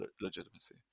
legitimacy